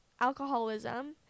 alcoholism